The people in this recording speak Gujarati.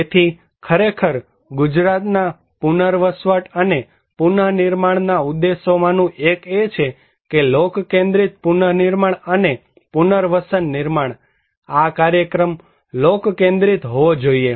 તેથી ખરેખર ગુજરાતના પુનર્વસવાટ અને પુનર્નિર્માણ ના ઉદ્દેશોમાનુ એક એ છે કે લોક કેન્દ્રિત પુનર્નિર્માણ અને પુનર્વસન નિર્માણઆ કાર્યક્રમ લોક કેન્દ્રિત હોવો જોઈએ